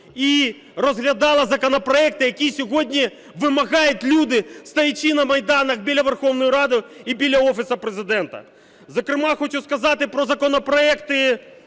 і розглядала законопроекти, які сьогодні вимагають люди, стоячи на майданах біля Верховної Ради і біля Офісу Президента. Зокрема, хочу сказати про законопроекти,